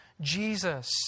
Jesus